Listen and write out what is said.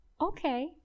Okay